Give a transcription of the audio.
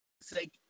say –